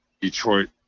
Detroit